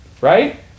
Right